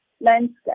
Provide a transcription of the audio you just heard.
landscape